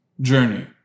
journey